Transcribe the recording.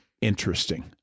interesting